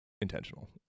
intentional